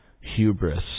hubris